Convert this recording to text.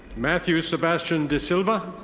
matthew sebastian desilva.